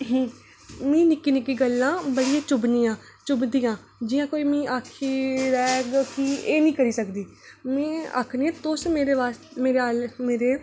मिगी निक्की निक्की गल्लां बड़ियां चुभदियां जियां कोई मिगी आक्खी लैग कि एह् नी करी सकदी मीं आक्खनी आं तुस